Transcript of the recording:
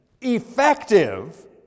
effective